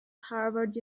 harvard